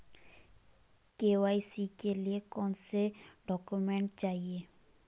KYC के लिए कौनसे डॉक्यूमेंट चाहिये?